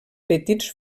petits